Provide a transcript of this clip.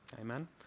Amen